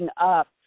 up